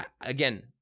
Again